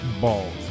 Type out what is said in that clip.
Balls